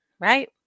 right